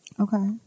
Okay